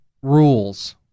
rules